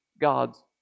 God's